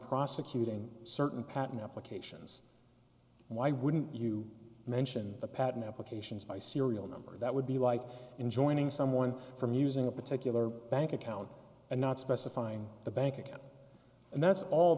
prosecuting certain patent applications why wouldn't you mention the patent applications by serial number that would be like in joining someone from using a particular bank account and not specifying the bank account and that's all